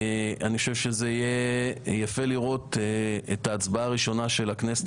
אני חושב שזה יהיה יפה לראות את ההצבעה הראשונה של הכנסת